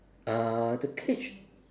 uh the cage